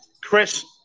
Chris